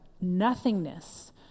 Nothingness